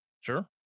Sure